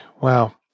wow